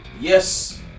Yes